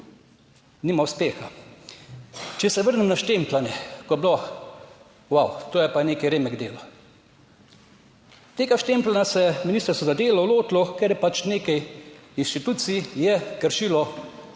nima uspeha. Če se vrnem na štempljanje, ko je bilo, vau, to je pa nek remek delo. Tega štempljanja se je ministrstvo za delo lotilo, ker je pač nekaj inštitucij, je kršilo,